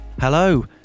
Hello